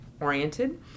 oriented